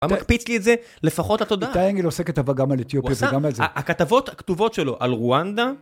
למה מקפיץ לי את זה? לפחות התודעה. איתי אנגל עושה כתבה גם על איתיופיה, זה גם על זה. הכתבות הכתובות שלו על רואנדה...